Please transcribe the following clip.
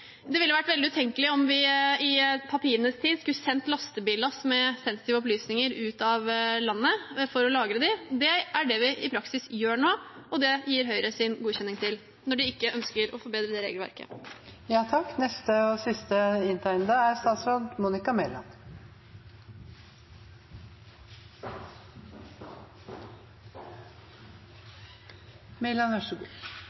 Det ville vært veldig utenkelig om vi i papirenes tid skulle sendt lastebillass med sensitive opplysninger ut av landet for lagring. Det er det vi i praksis gjør nå, og det gir Høyre sin godkjenning til når de ikke ønsker å forbedre regelverket. Jeg tror jeg må være veldig tydelig. Det